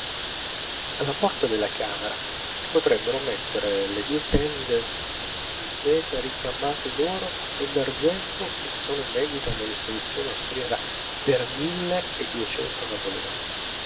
alla porta della camera si potrebbero mettere le due tende di seta ricamate d'oro e d'argento che sono in vendita nell'esposizione austriaca per mille e duecento napoleoni